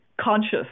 conscious